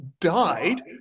died